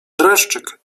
dreszczyk